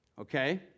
okay